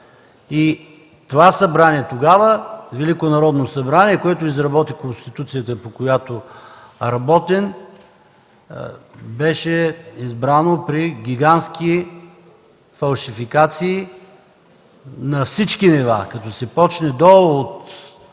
демокрация. Това Велико народно събрание тогава, което изработи Конституцията, по която работим, беше избрано при гигантски фалшификации на всички нива – като се почне долу от